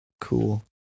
cool